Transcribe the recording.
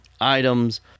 items